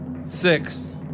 Six